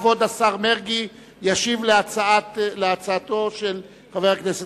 כבוד השר מרגי ישיב על הצעתו של חבר הכנסת